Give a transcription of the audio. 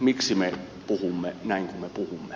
miksi me puhumme näin kuin me puhumme